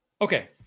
Okay